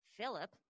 Philip